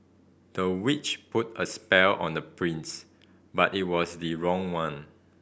the witch put a spell on the prince but it was the wrong one